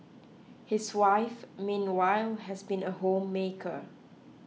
his wife meanwhile has been a homemaker